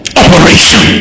operation